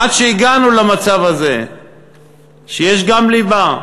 עד שהגענו למצב הזה שיש גם ליבה,